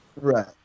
Right